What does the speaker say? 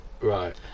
Right